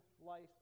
life